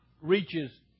reaches